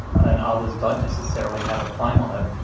and others don't necessarily have a claim on it,